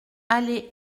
allée